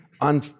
on